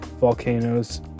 volcanoes